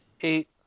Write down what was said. eight